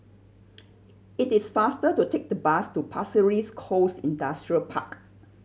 it is faster to take the bus to Pasir Ris Coast Industrial Park